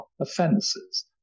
offences